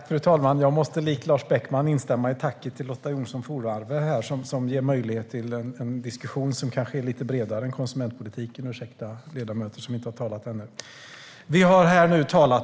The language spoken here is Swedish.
Fru talman! Jag måste likt Lars Beckman instämma i tacket till Lotta Johnsson Fornarve, som har gett mig möjlighet att ta upp en diskussion som kanske är lite bredare än konsumentpolitiken. Jag ber om ursäkt till ledamöter som inte har hållit sina anföranden än.